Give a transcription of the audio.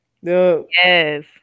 Yes